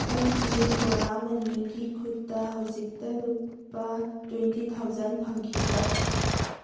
ꯑꯩꯒꯤ ꯑꯣꯂꯥ ꯃꯅꯤꯒꯤ ꯈꯨꯠꯇ ꯍꯧꯖꯤꯛꯇ ꯂꯨꯄꯥ ꯇꯣꯏꯟꯇꯤ ꯊꯥꯎꯖꯟ ꯐꯪꯈꯤꯕ꯭ꯔꯥ